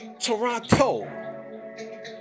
Toronto